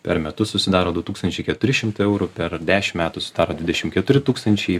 per metus susidaro du tūkstančiai keturi šimtai eurų per dešimt metų sudaro dvidešimt keturi tūkstančiai